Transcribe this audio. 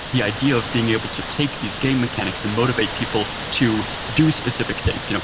the idea of being able to take these game mechanics and motivate people to do specific things, you know,